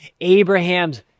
Abraham's